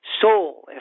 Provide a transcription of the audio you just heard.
soul